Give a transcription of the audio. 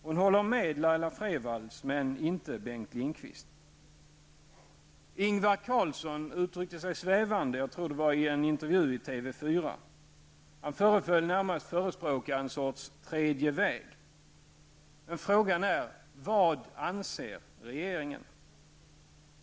Hon håller med Laila Freivalds men inte med Bengt Ingvar Carlsson uttryckte sig svävande i en intervju i TV4. Han föreföll närmast att förespråka en sorts tredje väg. Men frågan är: Vad anser regeringen?